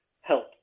help